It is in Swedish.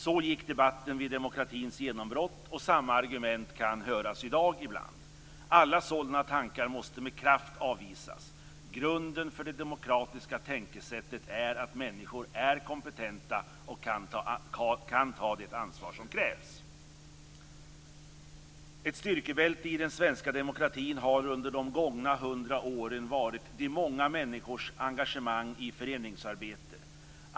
Så gick debatten vid demokratins genombrott och samma argument kan ibland höras i dag. Alla sådana tankar måste med kraft avvisas. Grunden för det demokratiska tänkesättet är att människor är kompetenta och kan ta det ansvar som krävs. Ett styrkebälte i den svenska demokratin har under de gångna hundra åren varit de många människornas engagemang i föreningsarbete.